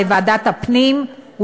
לוועדת הפנים,